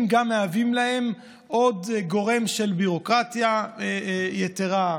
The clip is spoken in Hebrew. מהווים להם גם עוד גורם של ביורוקרטיה יתרה?